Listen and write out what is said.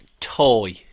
toy